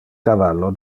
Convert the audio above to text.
cavallo